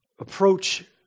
approach